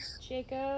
Jacob